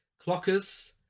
Clockers